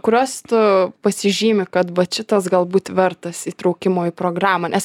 kurios tu pasižymi kad vat šitas galbūt vertas įtraukimo į programą nes